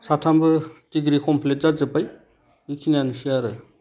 साथामबो degree complete जाजोब्बाय बिखिनियानोसै आरो